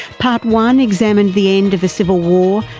part one examined the end of the civil war,